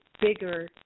bigger